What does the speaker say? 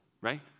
right